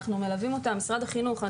אנחנו מלווים אותם משרד החינוך,